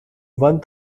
one